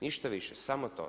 Ništa više, samo to.